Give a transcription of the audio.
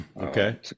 Okay